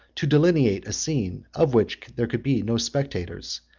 to delineate a scene of which there could be no spectators,